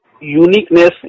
Uniqueness